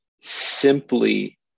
simply